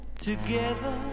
Together